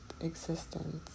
existence